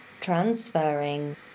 transferring